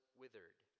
withered